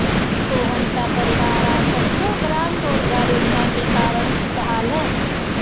सोहन का परिवार आज सम्पूर्ण ग्राम रोजगार योजना के कारण खुशहाल है